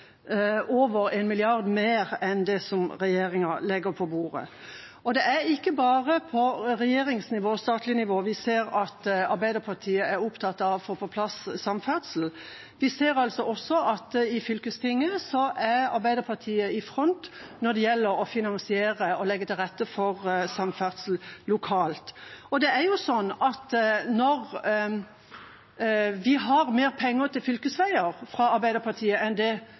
over 1 mrd. kr mer enn det regjeringa legger på bordet. Det er ikke bare på regjeringsnivå og statlig nivå vi ser at Arbeiderpartiet er opptatt av å få på plass samferdsel. Vi ser også at i fylkestinget er Arbeiderpartiet i front når det gjelder å finansiere og legge til rette for samferdsel lokalt. Når Arbeiderpartiet har mer penger til fylkesveier enn det